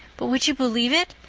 but would you believe it?